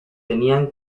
tenían